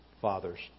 fathers